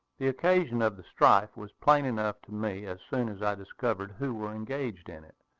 the occasion of the strife was plain enough to me as soon as i discovered who were engaged in it.